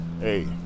hey